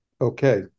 Okay